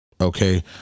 Okay